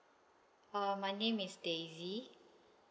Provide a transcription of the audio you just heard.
um my name is daisy